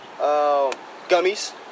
gummies